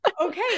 okay